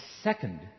second